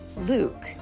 Luke